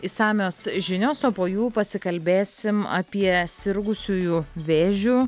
išsamios žinios o po jų pasikalbėsim apie sirgusiųjų vėžiu